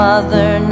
Mother